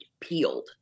peeled